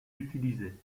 utilisée